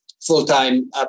full-time